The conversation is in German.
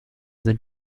sind